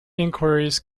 inquiries